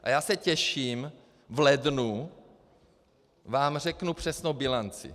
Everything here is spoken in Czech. A já se těším, v lednu vám řeknu přesnou bilanci.